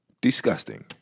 disgusting